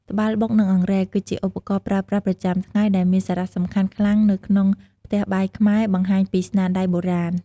ត្បាល់បុក និងអង្រែគឺជាឧបករណ៍ប្រើប្រាស់ប្រចាំថ្ងៃដែលមានសារៈសំខាន់ខ្លាំងនៅក្នុងផ្ទះបាយខ្មែរ បង្ហាញពីស្នាដៃបុរាណ ។